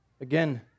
again